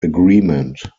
agreement